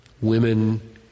women